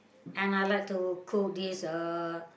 and I like to cook this uh